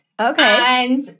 Okay